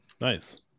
nice